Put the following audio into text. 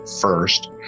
first